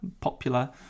popular